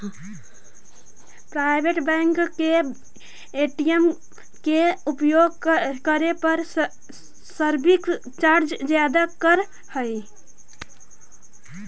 private bank के ATM के उपयोग करे पर सर्विस चार्ज ज्यादा करऽ हइ